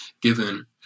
given